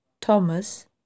Thomas